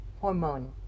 hormone